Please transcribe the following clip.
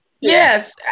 yes